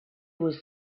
was